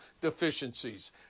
deficiencies